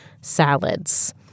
salads